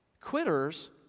Quitters